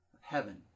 heaven